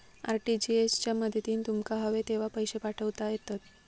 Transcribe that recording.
RTGS च्या मदतीन तुमका हवे तेव्हा पैशे पाठवता येतत